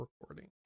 recording